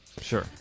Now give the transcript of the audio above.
Sure